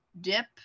dip